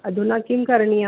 अधुना किं करणीयम्